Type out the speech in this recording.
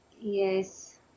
yes